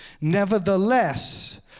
Nevertheless